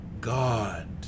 God